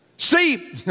See